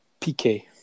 PK